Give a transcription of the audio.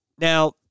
Now